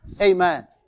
Amen